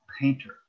painter